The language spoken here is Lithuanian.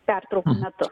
pertraukų metu